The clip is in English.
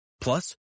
Plus